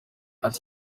ati